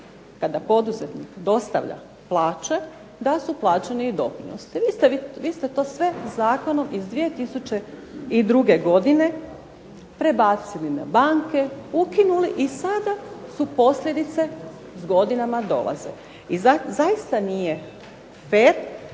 kada poduzetnik dostavlja plaće, da su plaćeni i doprinosi. Vi ste to sve zakonom iz 2002. godine prebacili na banke, ukinuli i sada su posljedice s godinama dolaze. I zaista nije fer